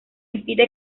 impide